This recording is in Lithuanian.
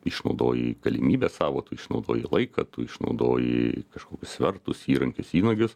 išnaudoji galimybes savo tu išnaudoji laiką tu išnaudoji kažkokius svertus įrankius įnagius